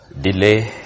Delay